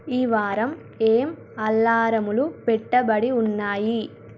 ఈ వారం ఏం అలారంలు పెట్టబడి ఉన్నాయి